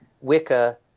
Wicca